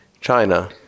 China